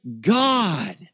God